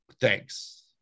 thanks